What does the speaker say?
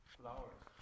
flowers